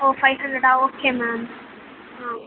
ஓ five ஹண்ரடா okay ma'am ஆ